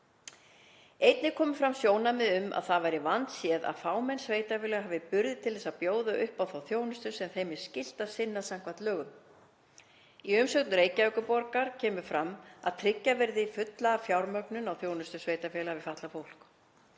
Einnig komu fram sjónarmið um að það væri vandséð að fámenn sveitarfélög hafi burði til þess að bjóða upp á þá þjónustu sem þeim er skylt að sinna samkvæmt lögum. Í umsögn Reykjavíkurborgar kemur fram að tryggja verði fulla fjármögnun á þjónustu sveitarfélaga við fatlað fólk.